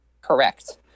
correct